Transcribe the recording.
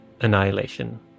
Annihilation